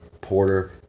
Porter